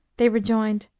they rejoined,